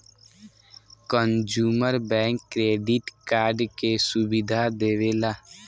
consumer bank credit card के सुविधा देवेला